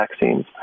vaccines